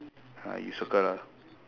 uh you circle lah